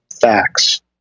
Facts